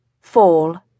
Fall